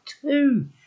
two